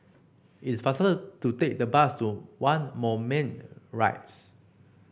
it's faster to take the bus to One Moulmein Rise